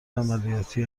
عملیاتی